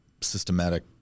systematic